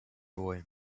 boy